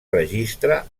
registre